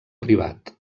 privat